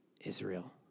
Israel